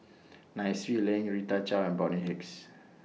Nai Swee Leng Rita Chao and Bonny Hicks